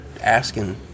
asking